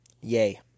Yay